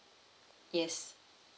yes